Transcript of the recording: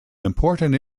important